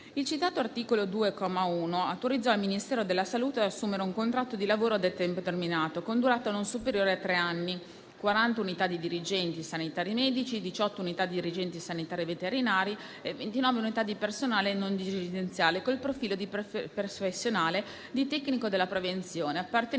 17 marzo 2020, n. 18, autorizza il Ministero della salute ad assumere con contratto di lavoro a tempo determinato con durata non superiore a tre anni, 40 unità di dirigenti sanitari medici, 18 unità di dirigenti sanitari veterinari e 29 unità di personale non dirigenziale con il profilo professionale di tecnico della prevenzione, appartenente